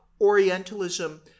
Orientalism